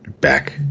back